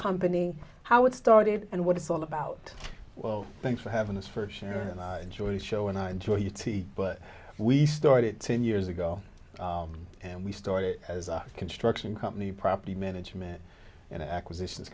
company how it started and what it's all about well thanks for having this for sure enjoy the show and i enjoy your teeth but we started ten years ago and we started as a construction company property management and acquisitions